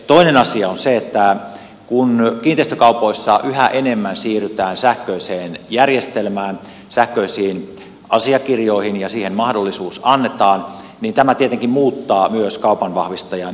toinen asia on se että kun kiinteistökaupoissa yhä enemmän siirrytään sähköiseen järjestelmään sähköisiin asiakirjoihin ja siihen mahdollisuus annetaan niin tämä tietenkin muuttaa myös kaupanvahvistajan työn luonnetta